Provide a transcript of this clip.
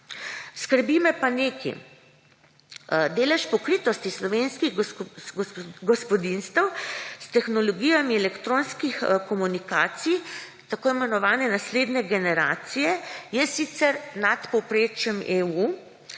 Skrbi me pa nekaj. Delež pokritosti slovenskih gospodinjstev s tehnologijami elektronskih komunikacij tako imenovane naslednje generacije je sicer nad povprečjem EU,